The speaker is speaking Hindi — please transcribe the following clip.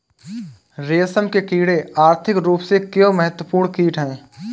रेशम के कीड़े आर्थिक रूप से क्यों महत्वपूर्ण कीट हैं?